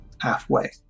halfway